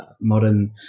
modern